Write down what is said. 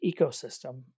ecosystem